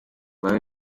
babe